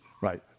Right